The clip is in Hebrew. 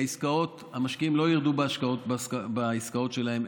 המשקיעים לא ירדו בהשקעות בעסקאות שלהם,